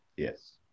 Yes